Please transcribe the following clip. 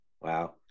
Wow